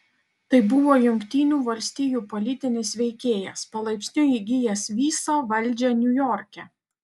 tai buvo jungtinių valstijų politinis veikėjas palaipsniui įgijęs visą valdžią niujorke